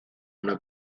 una